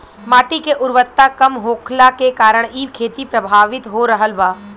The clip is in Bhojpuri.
माटी के उर्वरता कम होखला के कारण इ खेती प्रभावित हो रहल बा